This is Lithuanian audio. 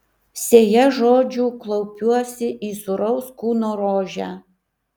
sėja žodžių klaupiuosi į sūraus kūno rožę